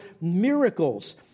miracles